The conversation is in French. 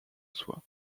soie